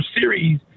series